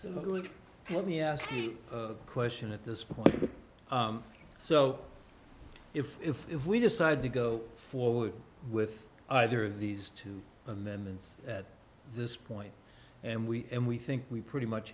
so let me ask the question at this point so if if if we decide to go forward with either of these two amendments at this point and we and we think we pretty much